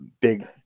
big